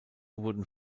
wurden